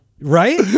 Right